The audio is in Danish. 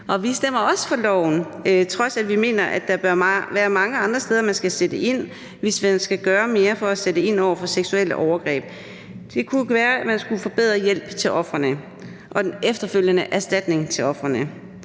Vi stemmer også for lovforslaget, på trods af at vi mener, at der bør være mange andre steder, man skal sætte ind, hvis man skal gøre mere for at sætte ind over for seksuelle overgreb. Det kunne være, man skulle forbedre hjælpen til ofrene og den efterfølgende erstatning til ofrene,